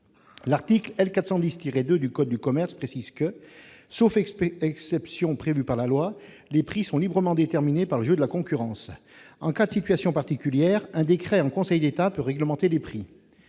L'article L. 410-2 du code de commerce précise que, sauf exceptions prévues par la loi, les prix sont « librement déterminés par le jeu de la concurrence ». En cas de situation particulière, « un décret en Conseil d'État peut réglementer les prix